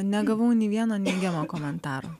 negavau nei vieno neigiamo komentaro